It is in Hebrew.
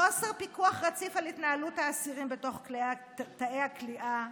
חוסר פיקוח רציף על התנהלות האסירים בתוך תאי הכליאה,